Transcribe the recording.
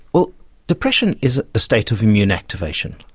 well depression is a state of immune activation,